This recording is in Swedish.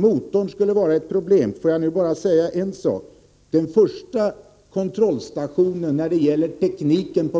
Motorn skulle vara ett problem, heter det. Får jag då bara säga en sak. Den första kontrollstationen när det gäller motortekniken